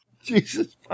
Jesus